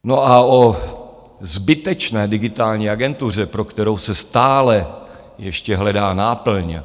No a o zbytečné Digitální agentuře, pro kterou se stále ještě hledá náplň...